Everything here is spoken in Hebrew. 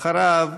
אחריו,